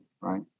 right